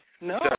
No